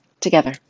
Together